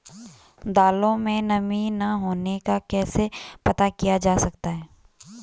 दालों में नमी न होने का कैसे पता किया जा सकता है?